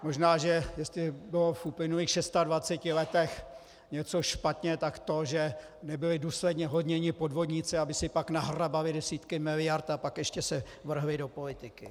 Možná jestli bylo v uplynulých 26 letech něco špatně, tak to, že nebyli důsledně honěni podvodníci, aby si pak nahrabali desítky miliard a pak se ještě vrhli do politiky.